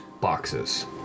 boxes